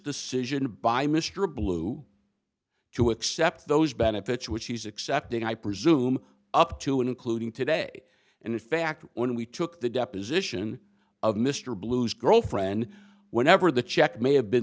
decision by mr blue to accept those benefits which he's accepting i presume up to and including today and in fact when we took the deposition of mr blue's girlfriend whenever the check may have been